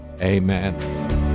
amen